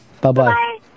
Bye-bye